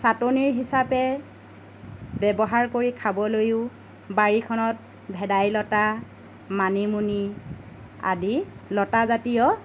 চাটনীৰ হিচাপে ব্যৱহাৰ কৰি খাবলৈও বাৰীখনত ভেদাইলতা মানিমুনি আদি লতাজাতীয়